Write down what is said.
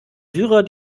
syrer